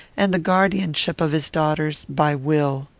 and the guardianship of his daughters, by will.